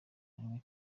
manywa